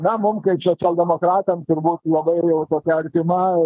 na mum kaip socialdemokratam turbūt labai jau tokia artima